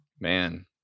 man